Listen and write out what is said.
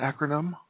acronym